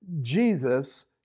Jesus